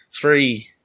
Three